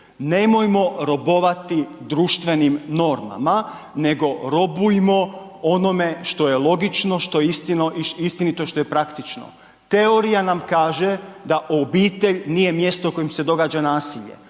Nemojmo robovati društvenim normama, nego robujmo onome što je logično, što je istinito i što je praktično. Teorija nam kaže da obitelj nije mjesto u kojem se događa nasilje,